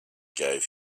gave